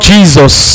Jesus